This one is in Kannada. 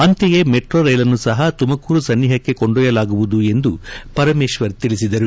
ಅಂತೆಯೇ ಮೆಟ್ರೊ ರೈಲನ್ನು ಸಹ ತುಮಕೂರು ಸನ್ನಿಪಕ್ಕೆ ಕೊಂಡೊಯ್ಕಲಾಗುವುದು ಎಂದು ಪರಮೇಶ್ವರ್ ತಿಳಿಸಿದ್ದಾರೆ